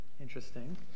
interesting